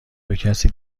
بکسی